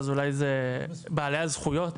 זה עולה לה תשומות.